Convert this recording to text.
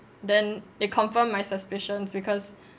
then it confirmed my suspicions because